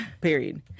Period